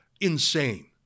Insane